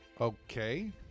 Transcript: Okay